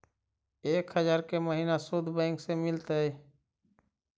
एक हजार के महिना शुद्ध बैंक से मिल तय?